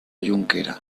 jonquera